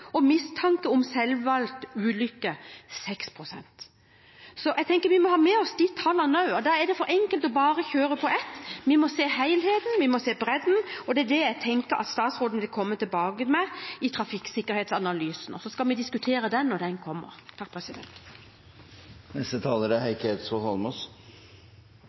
og mistanke om selvvalgt ulykke 6 pst. Jeg tenker at vi må ha med oss de tallene også, og da er det for enkelt bare å kjøre på ett tiltak. Vi må se helheten, vi må se bredden, og det er det jeg tenker at statsråden vil komme tilbake med i trafikksikkerhetsanalysen. Så skal vi diskutere den når den kommer. Jeg skal være kort. Jeg skal komme med fire korte poenger. Det ene er